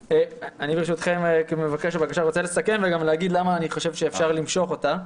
לסכם וגם להגיד למה אני חושב שאפשר למשוך אותה.